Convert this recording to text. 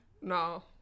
No